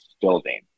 building